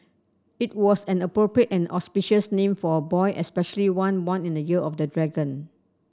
it was an appropriate and auspicious name for a boy especially one born in the year of the dragon